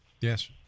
Yes